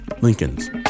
Lincoln's